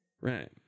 Right